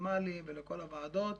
לוותמ"לים ולכל הוועדות,